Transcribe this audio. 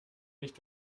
nicht